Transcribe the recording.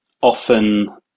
Often